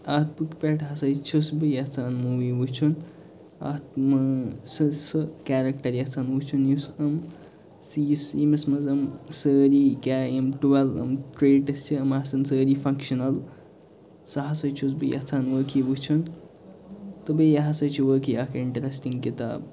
اَتھ بُکہِ پٮ۪ٹھ ہسا چھُس بہٕ یژھان موٗوِی وُچھُن اتھ سُہ سُہ کَیٚریٚکٹَر یژھان وُچھُن یُس یِم سُہ یُس یٔمِس منٛز یِم سٲری کیاہ یِم ٹُوٗیٚل یِم کریٹِس چھِ یِم آسَن سٲری فَنٛکشِنَل سُہ ہسا چھُس بہٕ یژھان وٲقعٕے وُچھُن تہٕ بیٚیہِ یہِ ہسا چھِ وٲقعٕے اَکھ اِنٹَرٛسٹِنٛگ کِتاب